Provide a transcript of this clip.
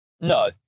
No